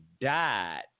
died